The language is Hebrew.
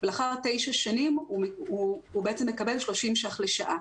לאחר תשע שנים הוא בעצם מקבל 30 ש"ח לשעה,